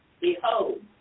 Behold